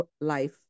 life